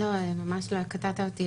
לא, ממש לא קטעת אותי.